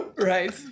Right